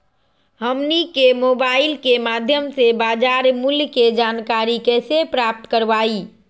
हमनी के मोबाइल के माध्यम से बाजार मूल्य के जानकारी कैसे प्राप्त करवाई?